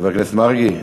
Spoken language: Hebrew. חבר הכנסת מרגי,